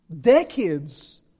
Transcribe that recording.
decades